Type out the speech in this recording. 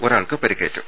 ഒരാൾക്ക് പരിക്കേറ്റു